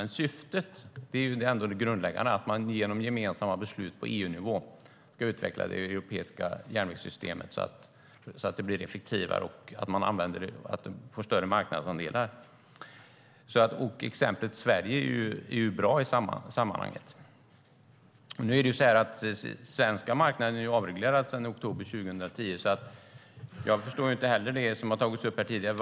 Men syftet är ändå det grundläggande, att man genom gemensamma beslut på EU-nivå ska utveckla det europeiska järnvägssystemet så att det blir effektivare och får större marknadsandelar. Exemplet Sverige är bra i sammanhanget. Den svenska marknaden är ju avreglerad sedan oktober 2010, så jag förstår inte det som tagits upp här tidigare.